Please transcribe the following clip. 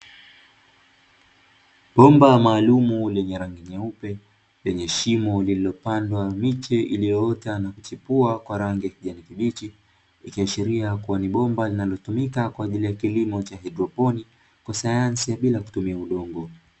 Bomba maalum lenye rangi nyeupe, lenye shimo lililopandwa miche iliyoota na kuchepua kwa rangi ya kijani kibichi, ikiashiria kuwa ni bomba linalotumika kwa ajili ya kilimo cha haidroponi kwa sayansi bila kutumia udongo.